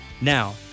Now